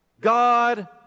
God